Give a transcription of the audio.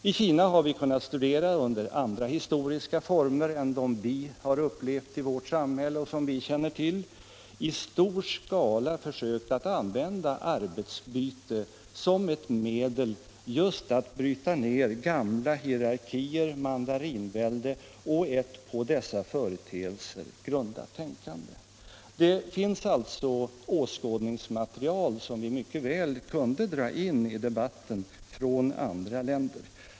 I Kina har vi kunnat studera hur man, under andra historiska former än dem vi upplevt i vårt samhälle och som vi känner till, i stor skala försökt använda arbetsbyte som ett medel just att bryta ned hierarkier, mandarinvälde och ett på dessa företeelser grundat tänkande. Det finns alltså åskådningsmaterial som vi mycket väl kunde dra in i debatten från andra länder.